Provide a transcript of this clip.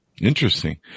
Interesting